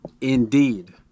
Indeed